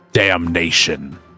Damnation